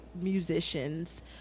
musicians